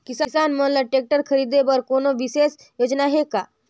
किसान मन ल ट्रैक्टर खरीदे बर कोनो विशेष योजना हे का?